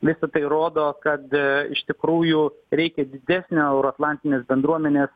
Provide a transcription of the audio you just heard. visa tai rodo kad iš tikrųjų reikia didesnio euroatlantinės bendruomenės